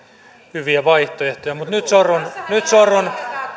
hyviä vaihtoehtoja mutta nyt sorrun